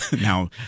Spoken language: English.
Now